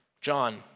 John